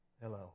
Hello